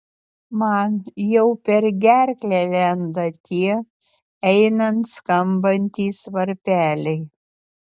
man jau per gerklę lenda tie einant skambantys varpeliai